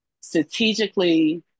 strategically